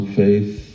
faith